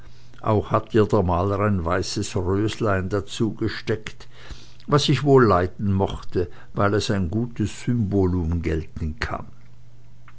auch hat ihr der mahler ein weißes röslein dazugesteckt was ich wohl leiden mochte weil es als ein gutes symbolum gelten kann